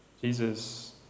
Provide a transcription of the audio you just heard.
Jesus